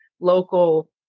local